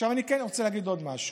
עכשיו, אני כן רוצה להגיד עוד משהו,